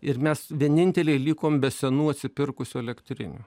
ir mes vieninteliai likom be senų atsipirkusių elektrinių